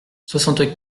soixante